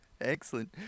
Excellent